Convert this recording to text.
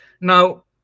now